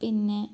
പിന്നെ